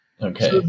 Okay